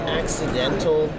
accidental